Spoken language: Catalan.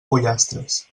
pollastres